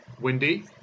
Windy